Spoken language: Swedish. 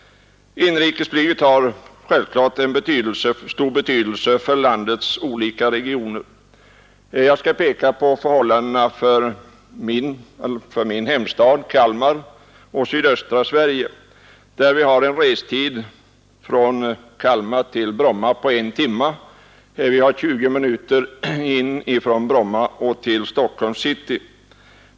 Inrikesflyget har självfallet stor betydelse för landets olika regioner. Jag skall peka på förhållandena för min hemstad Kalmar och sydöstra Sverige. Där har vi en restid från Kalmar till Bromma på en timme, samt 20 minuter från Bromma och in till Stockholms city.